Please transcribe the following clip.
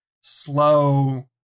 slow